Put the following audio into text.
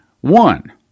One